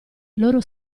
loro